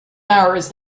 hours